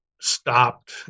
stopped